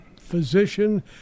physician